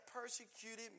persecuted